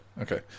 Okay